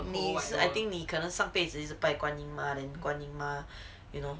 你是 I think 你可能上辈子一直拜观音妈 then 观音妈 you know